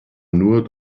nur